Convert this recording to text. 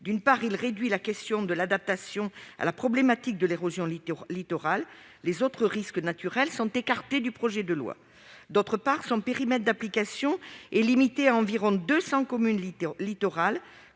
D'une part, ils réduisent la question de l'adaptation à la problématique de l'érosion littorale, les autres risques naturels étant écartés du projet de loi. D'autre part, leur périmètre d'application est limité à environ 200 communes littorales,